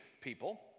people